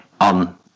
on